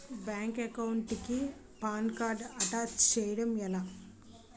Bank account కి PAN card attach చేయడం ఎలా?